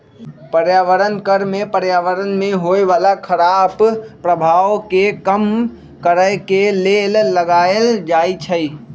पर्यावरण कर में पर्यावरण में होय बला खराप प्रभाव के कम करए के लेल लगाएल जाइ छइ